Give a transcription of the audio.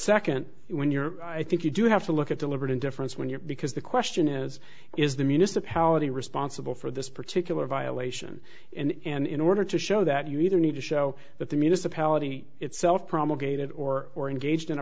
second when you're i think you do have to look at deliberate indifference when you're because the question is is the municipality responsible for this particular violation and in order to show that you either need to show that the municipality itself promulgated or or engaged in a